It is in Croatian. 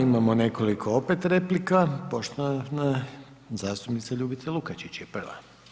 Imamo nekoliko opet replika, poštovane zastupnice Ljubice Lukačić je prva.